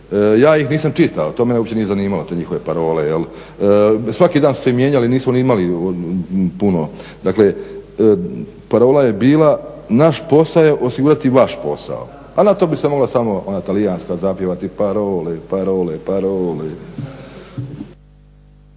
ja ih nisam uopće čitao to me nije zanimalo te njihove parole, svaki dan su se mijenjali nisu ni imali puno, dakle parola je bila naš posao je osigurati vaš posao, a na to bi se moglo samo ona talijanska zapjevati Parole, parole, parole.